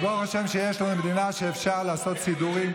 אז ברוך השם שיש לנו מדינה שאפשר לעשות בה סידורים,